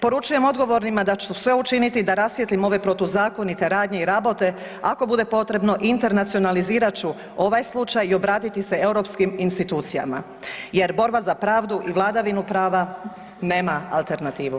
Poručujem odgovornima da ću sve učiniti da rasvijetlim ove protuzakonite radnje i rabote, ako bude potrebno, internacionalizirat ću ovaj slučaj i obratiti se europskim institucijama jer borba za pravdu i vladavinu prava nema alternativu.